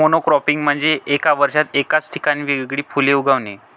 monocropping म्हणजे एका वर्षात एकाच ठिकाणी वेगवेगळी फुले उगवणे